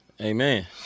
Amen